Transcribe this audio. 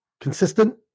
consistent